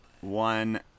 one